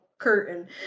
curtain